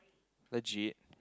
legit